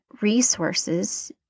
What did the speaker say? resources